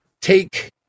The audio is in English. take